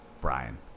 brian